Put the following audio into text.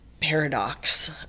paradox